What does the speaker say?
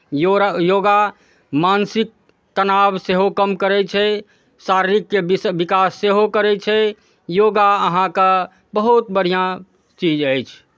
योरा योगा मानसिक तनाव सेहो कम करै छै शारीरिक बिस विकास सेहो करै छै योगा अहाँके बहुत बढ़िआँ चीज अछि